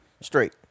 straight